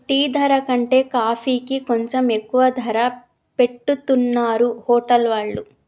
tea ధర కంటే కాఫీకి కొంచెం ఎక్కువ ధర పెట్టుతున్నరు హోటల్ వాళ్ళు